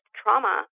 trauma